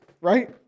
Right